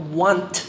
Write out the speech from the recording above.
want